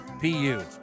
PU